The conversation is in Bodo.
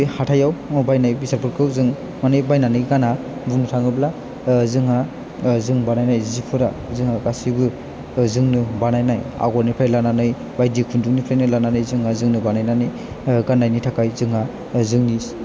बे हाथाइयाव मुवा बायनाय बेसादफोरखौ जों माने बायनानै गाना बुंनो थाङोब्ला जोंहा जों बानायनाय जिफोरा जोङो गासैबो बा जोंनो बानायनाय आगरनिफ्राय लानानै बायदि खुन्दुंनिफ्रायनो लानानै जोंहा जोंनो बानायनानै गाननायनि थाखाय जोंहा जोंनि